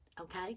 okay